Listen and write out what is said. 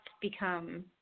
become